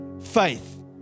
faith